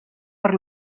per